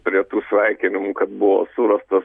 prie tų sveikinimų kad buvo surastas